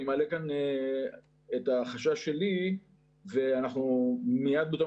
אני מעלה כאן את החשש שלי ומיד בתום